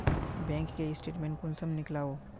Bank के statement कुंसम नीकलावो?